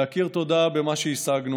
להכיר תודה על מה שהשגנו,